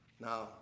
Now